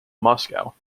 moscow